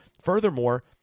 furthermore